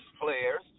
players